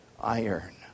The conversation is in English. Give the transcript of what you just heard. iron